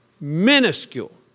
minuscule